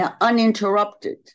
uninterrupted